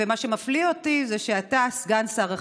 ומה שמפליא אותי זה שאתה, סגן שר החינוך,